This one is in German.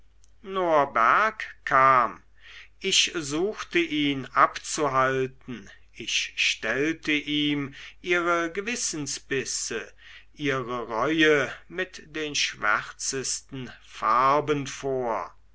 norberg kam ich suchte ihn abzuhalten ich stellte ihm ihre gewissensbisse ihre reue mit den schwärzesten farben vor